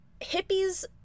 Hippies